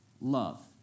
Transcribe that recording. love